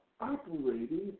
operating